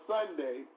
Sunday